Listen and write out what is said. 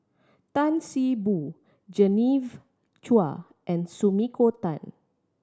Tan See Boo Genevieve Chua and Sumiko Tan